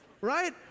Right